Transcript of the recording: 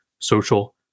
social